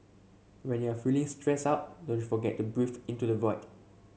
when you are feeling stressed out don't forget to breathe into the void